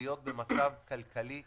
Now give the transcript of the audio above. נגד עמדת ראש הממשלה,